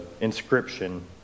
inscription